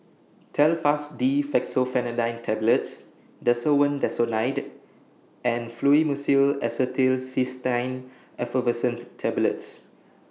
Telfast D Fexofenadine Tablets Desowen Desonide and Fluimucil Acetylcysteine Effervescent Tablets